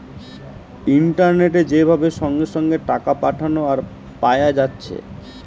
ইন্টারনেটে যে ভাবে সঙ্গে সঙ্গে টাকা পাঠানা আর পায়া যাচ্ছে